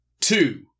two